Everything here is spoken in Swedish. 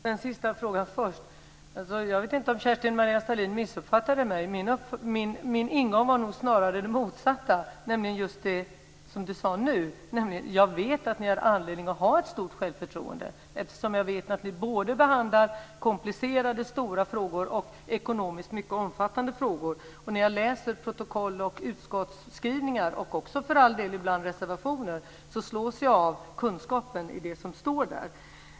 Herr talman! Jag tar den sista frågan först. Jag vet inte om Kerstin-Maria Stalin missuppfattade mig. Min ingång var snarare den motsatta. Den handlar nämligen just om det som hon sade nu. Jag vet att ni har anledning att ha ett stort självförtroende, eftersom jag vet att ni behandlar både komplicerade stora frågor och ekonomiskt mycket omfattande frågor. När jag läser protokoll, utskottsskrivningar och för all del ibland reservationer slås jag av kunskapen i det som står där.